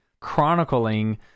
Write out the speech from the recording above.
chronicling